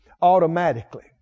automatically